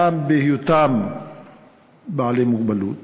פעם בהיותם בעלי מוגבלות,